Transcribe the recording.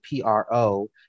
PRO